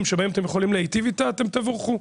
שבהם אתם יכולים להיטיב איתה אתם תבורכו.